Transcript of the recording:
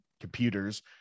computers